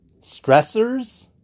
stressors